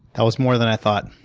that was more than i thought.